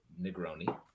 Negroni